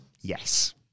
Yes